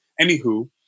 Anywho